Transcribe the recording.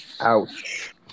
ouch